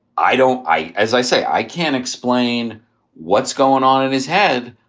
i don't i as i say, i can't explain what's going on in his head.